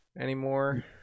anymore